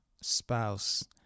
spouse